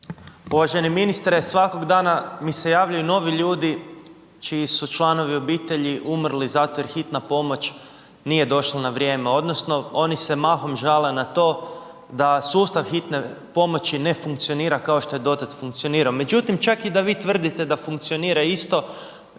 Uvaženi ministre, svakog dana mi se javljaju novi ljudi čiji su članovi obitelji umrli zato jer hitna pomoć nije došla na vrijeme. Odnosno oni se mahom žale na to da sustav hitne pomoći ne funkcionira kao što je dotad funkcionirao, međutim čak i da vi tvrdite da funkcionira isto